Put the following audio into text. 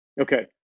okay